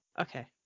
Okay